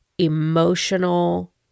emotional